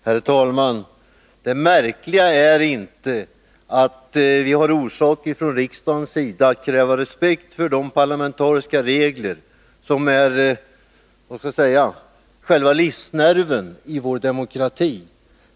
Herr talman! Det märkliga är inte att riksdagen har orsak att kräva respekt för de parlamentariska regler som är själva livsnerven i vår demokrati.